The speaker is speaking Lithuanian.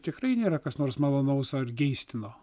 tikrai nėra kas nors malonaus ar geistino